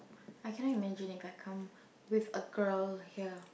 I cannot imagine If I come with a girl here